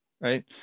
right